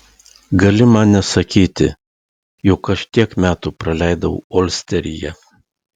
gali man nesakyti juk aš tiek metų praleidau olsteryje